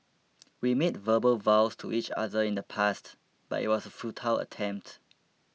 we made verbal vows to each other in the past but it was a futile attempt